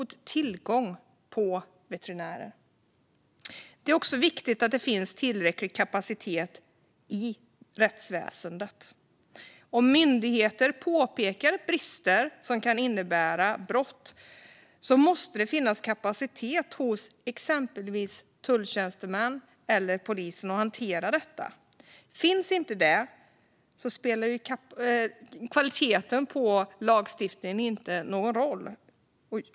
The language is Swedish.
Det är också viktigt att det finns tillräcklig kapacitet i rättsväsendet. Om myndigheter påpekar brister som kan innebära brott måste det finnas kapacitet hos till exempel tullen eller polisen att hantera detta. Finns inte det spelar kvaliteten på lagstiftningen ingen roll.